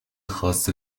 خاص